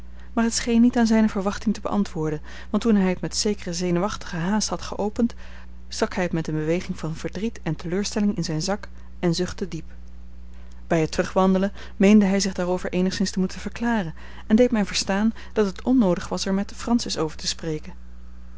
maar het scheen niet aan zijne verwachting te beantwoorden want toen hij het met zekere zenuwachtige haast had geopend stak hij het met eene beweging van verdriet en teleurstelling in zijn zak en zuchtte diep bij het terugwandelen meende hij zich daarover eenigszins te moeten verklaren en deed mij verstaan dat het onnoodig was er met francis over te spreken